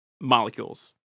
molecules